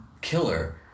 killer